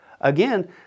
again